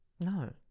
No